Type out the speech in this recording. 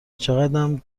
چقدم